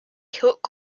hook